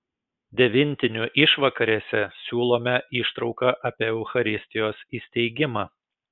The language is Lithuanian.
devintinių išvakarėse siūlome ištrauką apie eucharistijos įsteigimą